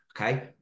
okay